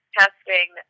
testing